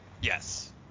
Yes